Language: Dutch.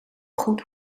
goed